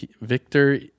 Victor